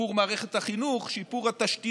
שיפור מערכת החינוך, שיפור התשתיות,